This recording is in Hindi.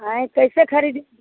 आँय कैसे खरीद